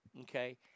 okay